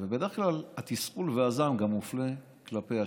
ובדרך כלל התסכול והזעם גם מופנים כלפי השלטון,